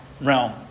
realm